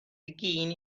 begin